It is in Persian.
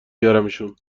بیارمشون